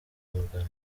mugano